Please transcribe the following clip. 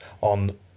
on